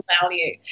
value